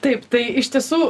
taip tai iš tiesų